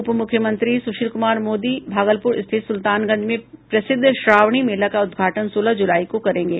उपमुख्यमंत्री सुशील कुमार मोदी भागलपुर स्थित सुलतानगंज में प्रसिद श्रावणी मेला का उदघाटन सोलह जुलाई को करेंगे